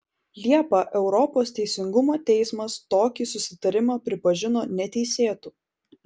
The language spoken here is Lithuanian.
liepą europos teisingumo teismas tokį susitarimą pripažino neteisėtu